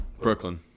Brooklyn